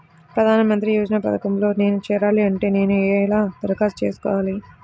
ప్రధాన మంత్రి యోజన పథకంలో నేను చేరాలి అంటే నేను ఎలా దరఖాస్తు చేసుకోవాలి?